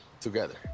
together